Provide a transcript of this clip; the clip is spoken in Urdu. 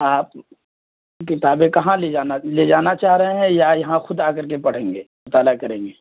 آپ کتابیں کہاں لے جانا لے جانا چاہ رہے ہیں یا یہاں خود آ کر کے پڑھیں گے مطالعہ کریں گے